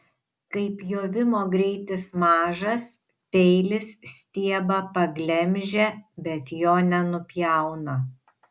kai pjovimo greitis mažas peilis stiebą paglemžia bet jo nenupjauna